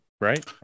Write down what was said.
Right